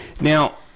Now